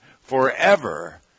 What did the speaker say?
forever